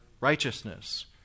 righteousness